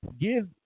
give